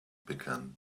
began